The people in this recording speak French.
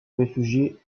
réfugiés